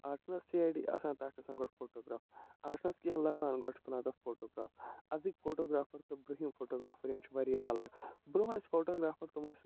آز چھِنہٕ حظ سی آے ڈی آسان تَتھ چھِ آسان گۄڈٕ فوٹوٗگراف آز چھِنہٕ حظ کیٚنہہ لبان گۄڈٕ چھِ تُلان تَتھ فوٹوٗگراف اَزٕکۍ فوٹوٗگرافر تہٕ بروہِم فوٹوٗگرافَر یِم چھِ واریاہ اَلَگ برونٛہہ ٲسۍ فوٹوٗگرافَر تِم ٲسۍ